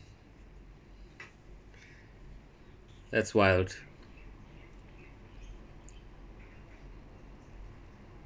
that's wild